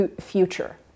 future